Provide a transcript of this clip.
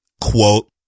Quote